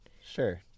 sure